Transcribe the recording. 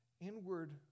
inward